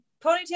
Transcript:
ponytail